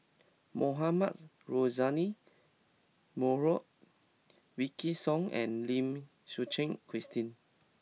Mohamed Rozani Maarof Wykidd Song and Lim Suchen Christine